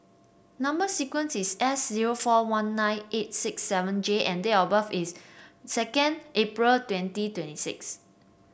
number sequence is S zero four one nine eight six seven J and date of birth is second April twenty twenty six